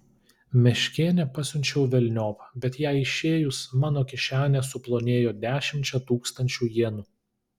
meškėnę pasiunčiau velniop bet jai išėjus mano kišenė suplonėjo dešimčia tūkstančių jenų